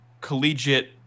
collegiate